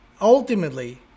ultimately